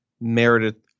Meredith